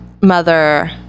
mother